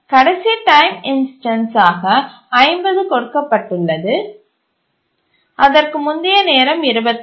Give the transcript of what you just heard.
கடைசி time instance ஆக 50 கொடுக்கப்பட்டுள்ளது அதற்கு முந்தைய நேரம் 25 12